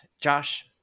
Josh